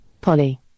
Polly